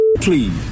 Please